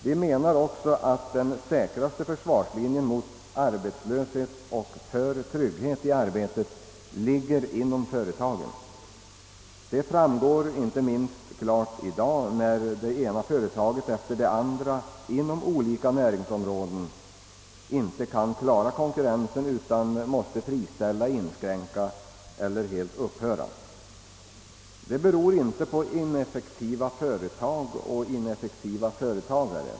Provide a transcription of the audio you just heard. Vi anser också att den säkraste försvarslinjen mot arbetslöshet och för trygghet i arbetet går inom företaget. Det förhållandet framgår inte minst klart i dag när det ena företaget efter det andra — inom olika näringsområden — inte kan klara konkurrensen, utan måste friställa arbetskraft och helt eller delvis upphöra med driften. Dylika inskränkningar beror inte på ineffektiva företag eller företagare.